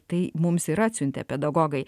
tai mums ir atsiuntė pedagogai